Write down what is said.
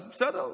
אז בסדר,